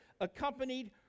accompanied